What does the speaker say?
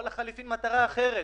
או לחלופין מטרה אחרת,